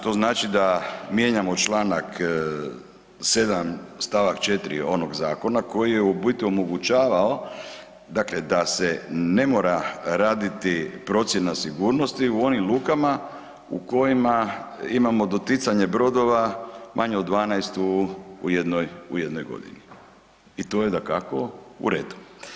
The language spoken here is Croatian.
To znači da mijenjamo čl. 7. St. 4. Onog zakona koji je u biti omogućavao da se ne mora raditi procjena sigurnosti u onim lukama u kojima imamo doticanje brodova manje od 12 u jednoj godini i to je dakako u redu.